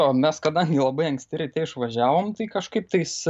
o mes kadangi labai anksti ryte išvažiavom tai kažkaip tais